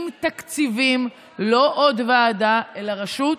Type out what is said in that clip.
עם תקציבים, לא עוד ועדה אלא רשות,